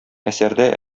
әсәрдә